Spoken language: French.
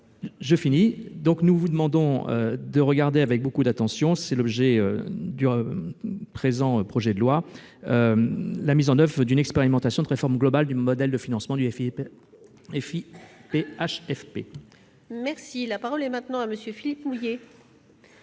de parole. Nous vous demandons de regarder avec beaucoup d'attention- c'est l'objet du présent projet de loi -la mise en oeuvre d'une expérimentation de réforme globale du modèle de financement du FIPHFP. La parole est à M. Philippe Mouiller,